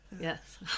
Yes